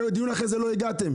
דיון אחרי זה לא הגעתם.